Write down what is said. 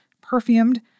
perfumed